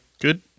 good